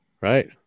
Right